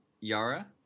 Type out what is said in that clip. Yara